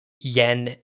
Yen